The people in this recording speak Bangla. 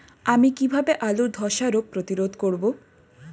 আমি কিভাবে আলুর ধ্বসা রোগ প্রতিরোধ করব?